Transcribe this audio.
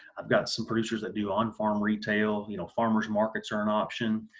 i've got some producers that do on-farm retail you know farmers markets are an option